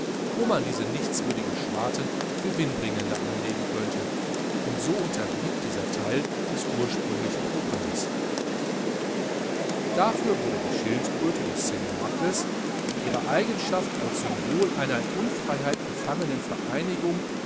wo man diese nichtswürdigen schwarten gewinnbringender anlegen könnte und so unterblieb dieser teil des ursprünglichen programmes dafür wurde die schildkröte des cnacles in ihrer eigenschaft als symbol einer in unfreiheit befangenen vereinigung